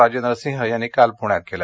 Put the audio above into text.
राजेंद्र सिंह यांनी काल पुण्यात केलं